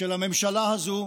של הממשלה הזו,